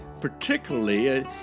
particularly